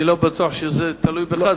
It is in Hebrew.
אני לא בטוח שזה תלוי בך.